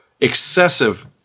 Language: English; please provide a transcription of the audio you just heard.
excessive